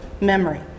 memory